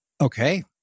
Okay